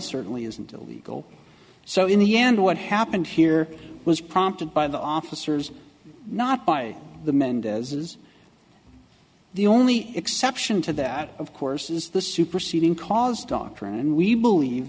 certainly isn't illegal so in the end what happened here was prompted by the officers not by the mendez's the only exception to that of course is the superseding cause doctrine and we believe